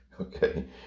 okay